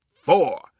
four